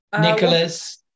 Nicholas